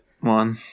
one